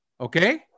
okay